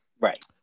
Right